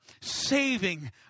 saving